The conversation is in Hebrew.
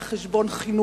על חשבון חינוך.